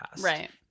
Right